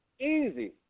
Easy